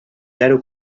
zero